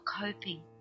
coping